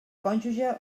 cònjuge